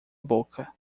boca